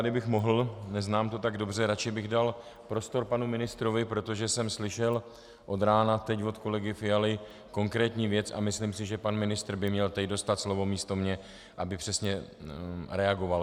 Kdybych mohl neznám to tak dobře , radši bych dal prostor panu ministrovi, protože jsem slyšel od rána a teď od kolegy Fialy konkrétní věc a myslím si, že pan ministr by měl teď dostat slovo místo mě, aby přesně reagoval.